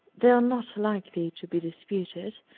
they are not likely to be disputed,